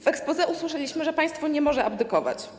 W exposé usłyszeliśmy, że państwo nie może abdykować.